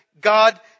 God